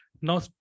now